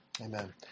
Amen